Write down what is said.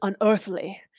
unearthly